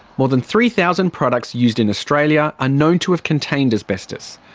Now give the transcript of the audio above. more than three thousand products used in australia are known to have contained asbestos.